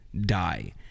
die